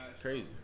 Crazy